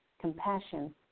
compassion